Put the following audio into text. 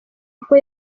kuko